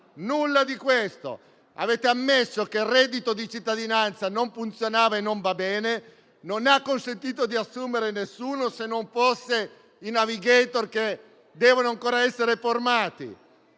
nulla di tutto questo. Avete ammesso che il reddito di cittadinanza non funzionava e non va bene: non ha consentito di assumere nessuno, se non forse i *navigator*, che devono ancora essere formati.